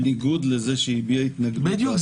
בניגוד להתנגדות להצעה של אמסלם --- בדיוק.